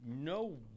no